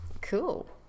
cool